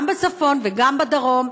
גם בצפון וגם בדרום,